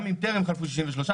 גם אם טרם חלפו 63 חודשים,